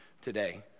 today